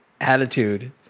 Attitude